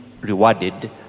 rewarded